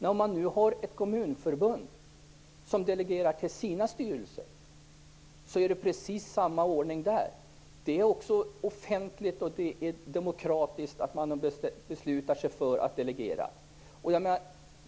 När man nu har ett kommunförbund som delegerar till sina styrelser är det precis samma ordning där. Det är också offentligt och demokratiskt om man beslutar sig för att delegera.